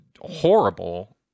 horrible